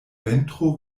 ventro